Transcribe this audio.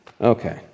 okay